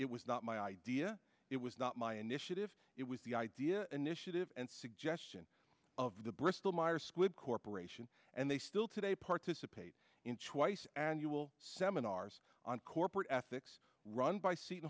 it was not my idea it was not my initiative it was the idea initiative and suggestion of the bristol myers squibb corporation and they still today participate in twice annual seminars on corporate ethics run by seton